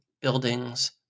buildings